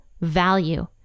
value